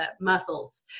muscles